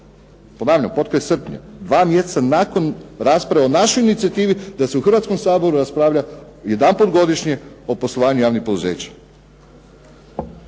Ponavljam potkraj srpnja, dva mjeseca nakon rasprave o našoj inicijativi da se u Hrvatskom saboru raspravlja jedanput godišnje o poslovanju javnih poduzeća.